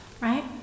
right